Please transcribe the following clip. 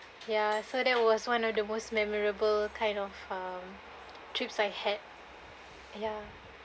ya so that was one of the most memorable kind of (uh)trips I had ya